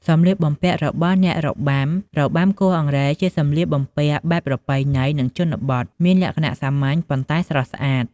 សម្លៀកបំពាក់របស់អ្នករបាំ របាំគោះអង្រែជាសម្លៀកបំពាក់បែបប្រពៃណី និង ជនបទ មានលក្ខណៈសាមញ្ញ ប៉ុន្តែស្រស់ស្អាត។